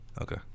Okay